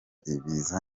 ibiza